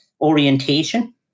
orientation